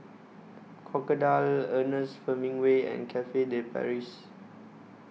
Crocodile Ernest Hemingway and Cafe De Paris